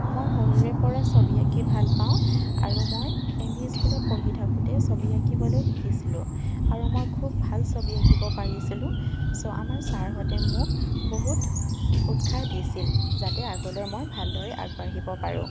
মই সৰুৰে পৰা ছবি আঁকি ভাল পাওঁ আৰু মই এম ই স্কুলত পঢ়ি থাকোতে ছবি আঁকিবলৈ শিকিছিলো আৰু মই খুব ভাল ছবি আঁকিবলৈ পাৰিছিলো ছ' আমাৰ ছাৰহঁতে মোক বহুত উৎসাহ দিছিল যাতে আগলৈ মই ভালদৰে আগবাঢ়িব পাৰো